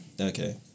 Okay